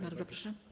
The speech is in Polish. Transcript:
Bardzo proszę.